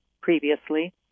previously